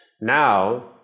now